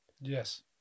yes